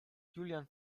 julian